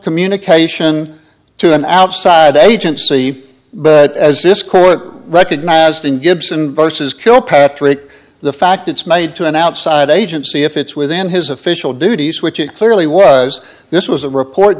communication to an outside agency but as this court recognized in gibson versus kilpatrick the fact it's made to an outside agency if it's within his official duties which it clearly was this was a report